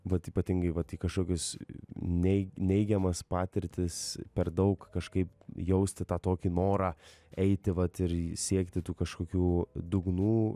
vat ypatingai vat į kažkokius nei neigiamas patirtis per daug kažkaip jausti tą tokį norą eiti vat ir siekti tų kažkokių dugnų